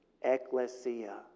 ecclesia